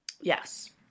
Yes